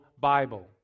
Bible